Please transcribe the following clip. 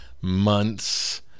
months